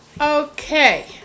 Okay